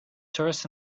tourists